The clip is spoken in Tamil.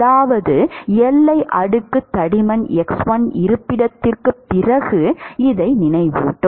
அதாவது எல்லை அடுக்கு தடிமன் x1 இருப்பிடத்திற்குப் பிறகு இதை நினைவூட்டும்